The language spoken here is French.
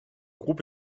groupe